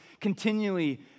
continually